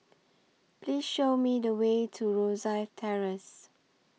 Please Show Me The Way to Rosyth Terrace